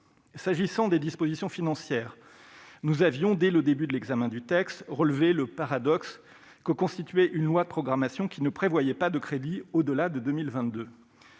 S'agissant des dispositions financières, nous avions, dès le début de l'examen du texte, relevé le paradoxe que constituait une loi de programmation qui ne prévoyait pas de crédits au-delà de 2022.